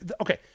Okay